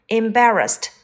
embarrassed